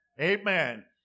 Amen